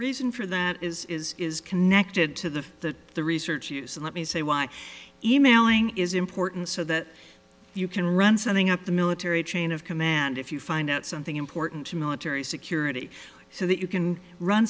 reason for that is is is connected to the the research use and let me say what e mailing is important so that you can run something up the military chain of command if you find out something important to military security so that you can run